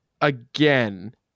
again